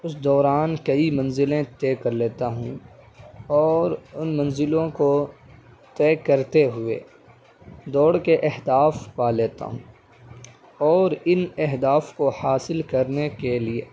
اس دوران کئی منزلیں طے کر لیتا ہوں اور ان منزلوں کو طے کرتے ہوئے دوڑ کے اہداف پا لیتا ہوں اور ان اہداف کو حاصل کرنے کے لیے